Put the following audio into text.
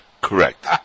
Correct